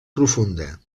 profunda